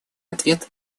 ответ